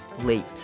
late